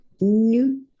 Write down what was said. new